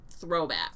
throwback